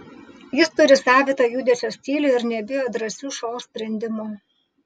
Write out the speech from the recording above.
jis turi savitą judesio stilių ir nebijo drąsių šou sprendimų